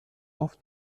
auf